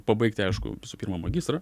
pabaigti aišku visų pirma magistrą